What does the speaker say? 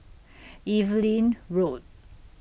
Evelyn Road